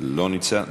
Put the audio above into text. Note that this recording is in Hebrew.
לא נמצא.